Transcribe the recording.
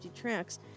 tracks